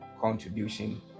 contribution